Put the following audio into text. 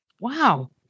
Wow